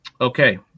okay